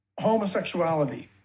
Homosexuality